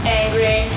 angry